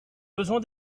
besoin